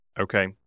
Okay